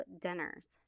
dinners